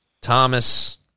Thomas